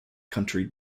country